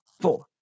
four